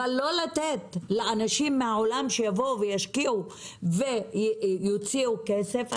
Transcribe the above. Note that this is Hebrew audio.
אבל לא לתת לאנשים מהעולם שיבואו וישקיעו ויוציאו כסף,